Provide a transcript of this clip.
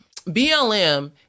BLM